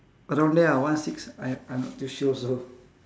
around there lah one six I I'm not too sure also